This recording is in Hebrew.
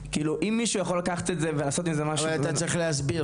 אם מישהו יכול לקחת את זה ולעשות עם זה משהו --- אבל אתה צריך להסביר,